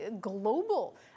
global